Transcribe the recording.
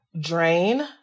drain